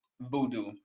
voodoo